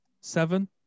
seven